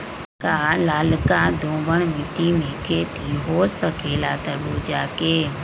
का लालका दोमर मिट्टी में खेती हो सकेला तरबूज के?